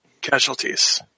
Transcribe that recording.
casualties